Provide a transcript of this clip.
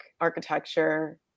architecture